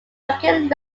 racking